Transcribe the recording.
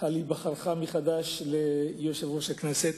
על היבחרותך מחדש לתפקיד יושב-ראש הכנסת.